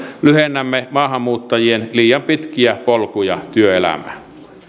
lyhennämme maahanmuuttajien liian pitkiä polkuja työelämään